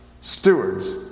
stewards